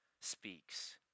speaks